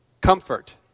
comfort